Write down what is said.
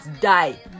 die